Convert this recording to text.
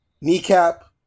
kneecap